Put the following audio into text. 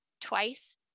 twice